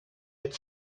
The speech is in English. had